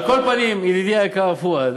על כל פנים, ידידי היקר פואד,